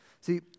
See